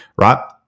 right